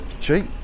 cheap